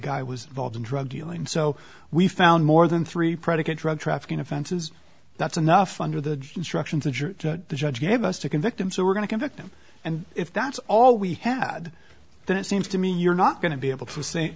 guy was involved in drug dealing so we found more than three predicate drug trafficking offenses that's enough under the instructions that the judge gave us to convict him so we're going to convict him and if that's all we had then it seems to me you're not going to be able to s